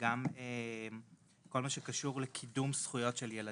וגם כל מה שקשור בקידום זכויות של ילדים.